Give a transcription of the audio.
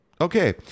okay